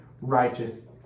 righteous